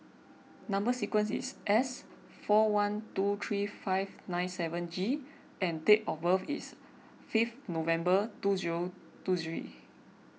Number Sequence is S four one two three five nine seven G and date of birth is fifth November two zero two three